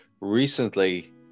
recently